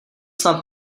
snad